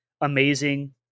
amazing